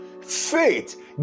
Faith